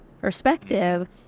perspective